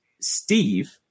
Steve